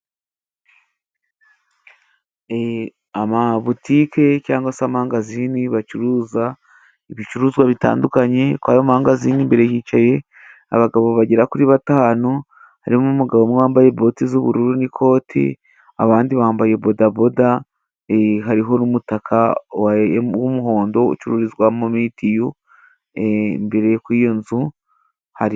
Amabutike cyangwa se amangazini bacuruza ibicuruzwa bitandukanye. Kuri ayo mangazini imbere hicaye abagabo bagera kuri batanu. Harimo umugabo umwe wambaye boti z'ubururu n'ikoti, abandi bambaye bodaboda. Hariho n'umutaka w'umuhondo ucururizwamo mitiyu, imbere yo kuri iyo nzu hari.